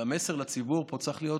המסר לציבור פה צריך להיות: